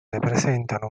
presentano